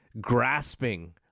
grasping